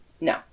No